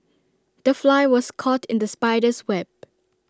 the fly was caught in the spider's web